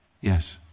Yes